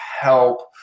help